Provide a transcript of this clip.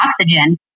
oxygen